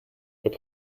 were